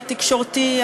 התקשורתי,